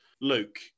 Luke